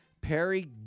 Perry